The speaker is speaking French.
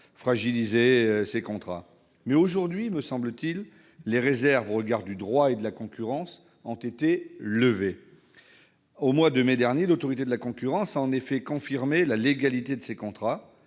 fragiliser ces contrats, mais, aujourd'hui, il me semble que les réserves qui existaient au regard du droit de la concurrence ont été levées. Au mois de mai dernier, l'Autorité de la concurrence a en effet confirmé la légalité de ces contrats-